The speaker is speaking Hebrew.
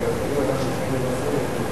צריך להבין.